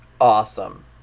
awesome